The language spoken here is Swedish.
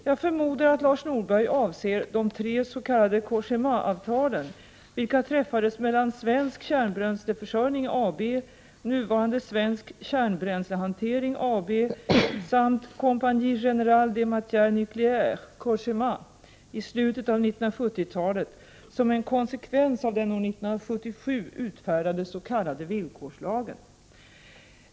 Jag förmodar att Lars Norberg avser de tre s.k. Cogémaavtalen, vilka träffades mellan Svensk kärnbränsleförsörjning AB , nuvarande Svensk Kärnbränslehantering AB , samt Compagnie Générale des Matieéres Nucléaires i slutet av 1970-talet som en konsekvens av den år 1977 utfärdade s.k. villkorslagen .